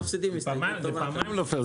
זה פעמיים לא פייר,